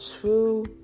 true